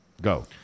go